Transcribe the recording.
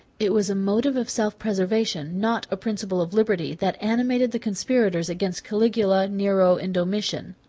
it was a motive of self-preservation, not a principle of liberty, that animated the conspirators against caligula, nero, and domitian.